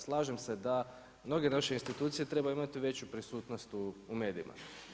Slažem se da mnoge naše institucije trebaju imati veću prisutnost u medijima.